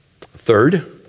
Third